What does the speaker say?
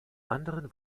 anderen